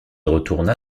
retourna